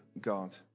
God